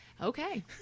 Okay